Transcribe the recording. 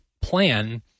plan